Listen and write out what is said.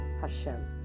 Hashem